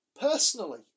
personally